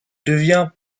devient